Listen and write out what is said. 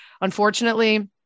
unfortunately